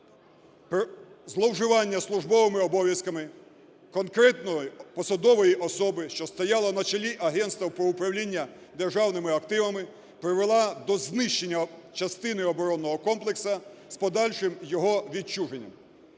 зловживання службовими обов'язками конкретної посадової особи, що стояла на чолі Агентства по управлінню державними активами, привела до знищення частини оборонного комплексу з подальшим його відчуженням.